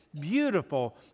beautiful